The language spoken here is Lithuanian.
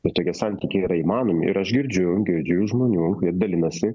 ir tokie santykiai yra įmanomi ir aš girdžiu girdžiu iš žmonių dalinasi